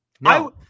No